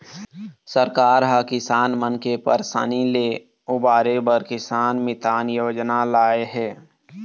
सरकार ह किसान मन के परसानी ले उबारे बर किसान मितान योजना लाए हे